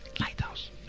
lighthouse